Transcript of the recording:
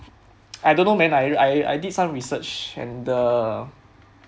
I don't know man I I I did some research and the